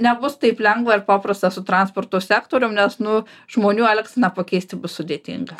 nebus taip lengva ir paprasta su transporto sektorium nes nu žmonių elgseną pakeisti bus sudėtinga